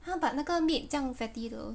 !huh! but 那个 meat 这样 fatty though